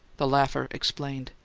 the laughter explained.